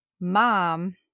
mom